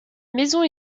maison